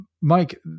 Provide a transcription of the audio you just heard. Mike